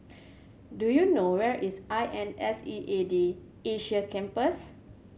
do you know where is I N S E A D Asia Campus